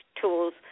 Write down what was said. tools